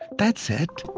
that's it.